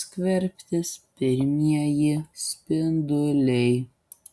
skverbtis pirmieji spinduliai